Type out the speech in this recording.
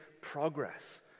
progress